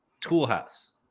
Toolhouse